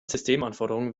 systemanforderungen